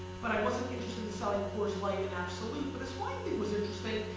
but i wasn't interested in selling coors light and absolut, but this wine thing was interesting,